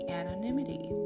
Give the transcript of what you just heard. anonymity